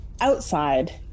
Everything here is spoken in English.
outside